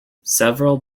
several